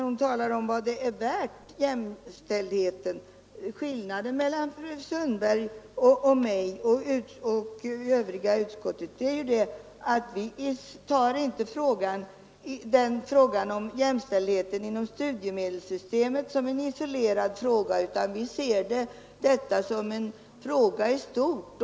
Herr talman! När fru Sundberg frågar vad jämställdheten är värd skiljer hon sig från mig och de övriga i utskottet. Vi uppfattar inte jämställdheten inom studiemedelssystemet som en isolerad fråga utan ser detta som en fråga i stort.